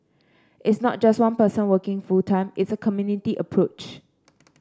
it's not just one person working full time it's a community approach